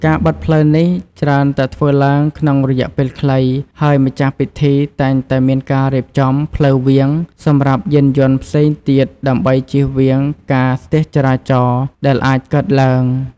ការបិទផ្លូវនេះច្រើនតែធ្វើឡើងក្នុងរយៈពេលខ្លី ហើយម្ចាស់ពិធីតែងតែមានការរៀបចំ ផ្លូវវាង សម្រាប់យានយន្តផ្សេងទៀតដើម្បីជៀសវាងការស្ទះចរាចរណ៍ដែលអាចកើតឡើង។